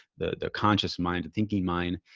the conscious mind thinking mind,